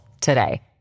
today